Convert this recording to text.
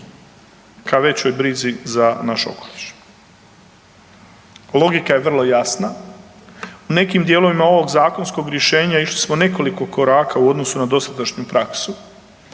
ka većoj brizi za naš okoliš. Logika je vrlo jasna, u nekim dijelovima ovog zakonskog rješenja išli smo nekoliko koraka u odnosu na dosadašnju praksu.